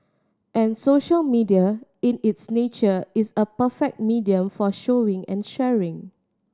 and social media in its nature is a perfect medium for showing and sharing